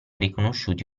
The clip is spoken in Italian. riconosciuti